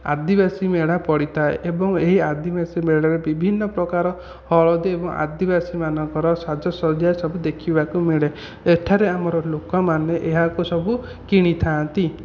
ଆଦିବାସୀ ମେଳା ପଡ଼ିଥାଏ ଏବଂ ଏହି ଆଦିବାସୀ ମେଳାରେ ବିଭିନ୍ନ ପ୍ରକାର ହଳଦୀ ଏବଂ ଆଦିବାସୀମାନଙ୍କର ସାଜସଜ୍ଜା ସବୁ ଦେଖିବାକୁ ମିଳେ ଏଠାରେ ଆମର ଲୋକମାନେ ଏହାକୁ ସବୁ କିଣି ଥାଆନ୍ତି